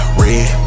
red